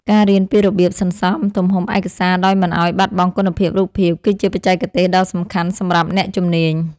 ការរៀនពីរបៀបសន្សំទំហំឯកសារដោយមិនឱ្យបាត់បង់គុណភាពរូបភាពគឺជាបច្ចេកទេសដ៏សំខាន់សម្រាប់អ្នកជំនាញ។